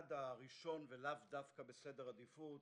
היעד הראשון, ולאו דווקא בסדר עדיפות,